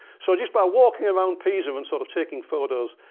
so just by walking around pisa and sort of taking photos,